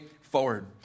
forward